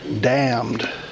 damned